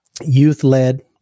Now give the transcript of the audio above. youth-led